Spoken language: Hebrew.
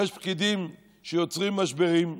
יש פקידים שיוצרים משברים,